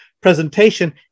presentation